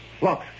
Look